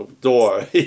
door